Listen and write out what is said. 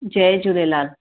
Jay Jhulelal